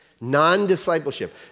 Non-discipleship